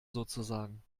sozusagen